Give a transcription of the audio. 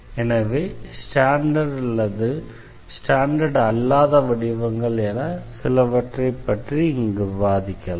எனவே ஸ்டாண்டர்டு அல்லது ஸ்டாண்டர்டு அல்லாத வடிவங்கள் என சிலவற்றைப் பற்றி இங்கு விவாதிப்போம்